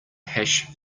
hash